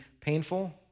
painful